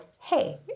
hey